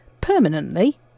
permanently